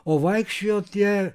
o vaikščiojo tie